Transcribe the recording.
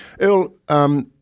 Earl